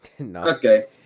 Okay